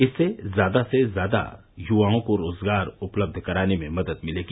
इससे ज्यादा से ज्यादा युवाओं को रोजगार उपलब्ध कराने में मदद मिलेगी